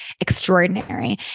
extraordinary